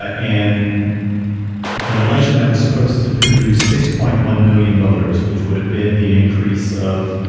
ah and an election that was supposed to produce six point one million voters, which would have been the increase of